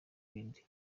ibindi